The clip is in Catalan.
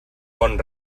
bon